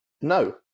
No